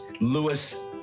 Lewis